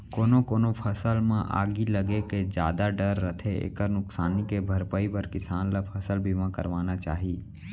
कोनो कोनो फसल म आगी लगे के जादा डर रथे एकर नुकसानी के भरपई बर किसान ल फसल बीमा करवाना चाही